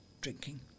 drinking